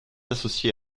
associée